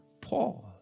Paul